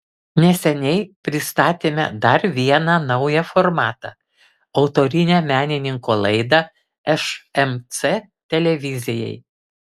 neseniai pristatėme dar vieną naują formatą autorinę menininko laidą šmc televizijai